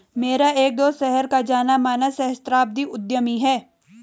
मेरा एक दोस्त शहर का जाना माना सहस्त्राब्दी उद्यमी है